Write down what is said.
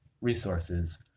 resources